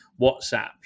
WhatsApp